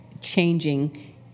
changing